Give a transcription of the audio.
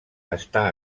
està